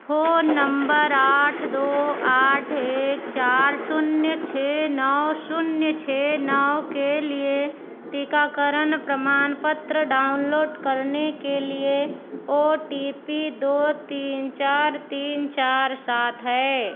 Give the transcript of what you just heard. phone number आठ दो आठ एक चार शून्य छः नौ शून्य छः नौ के लिए टीकाकरण प्रमाणपत्र डाउनलोड करने के लिए ओ टी पी दो तीन चार तीन चार सात है